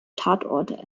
tatort